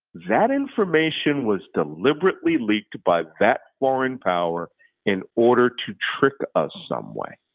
that information was deliberately leaked by that foreign power in order to trick us some way.